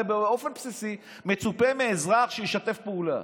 הרי באופן בסיסי מצופה מאזרח שישתף פעולה.